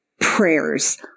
prayers